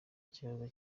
ikibazo